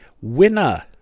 winner